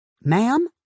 Ma'am